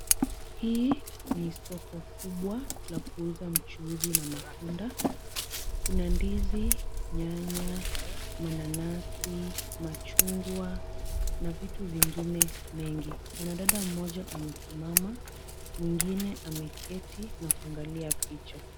Hii ni soko kubwa la kuuza mchuuzi na matunda. Kuna ndizi, nyanya, mananasi, machungwa na vitu vingine mengi. Mwanadada mmoja amesimama, mwingine ameketi na kuangalia picha.